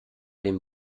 den